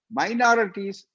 minorities